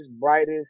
brightest